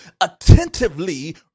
attentively